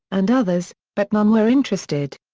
and others, but none were interested.